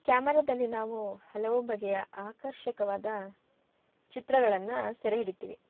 ಕ್ಯಾಮರದಲ್ಲಿ ನಾವು ಹಲವು ಬಗೆಯ ಆಕರ್ಷಕವಾದ ಚಿತ್ರಗಳನ್ನು ಸೆರೆ ಹಿಡಿತೀವಿ